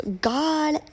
God